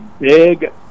big